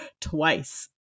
twice